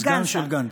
הסגן של גנץ.